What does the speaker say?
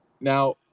Now